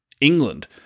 England